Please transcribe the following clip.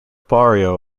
barrio